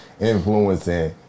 influencing